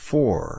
Four